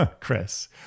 Chris